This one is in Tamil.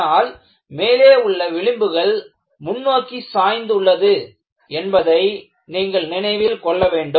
ஆனால் மேலே உள்ள விளிம்புகள் முன்னோக்கி சாய்ந்து உள்ளது என்பதை நீங்கள் நினைவில் கொள்ளவேண்டும்